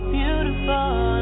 beautiful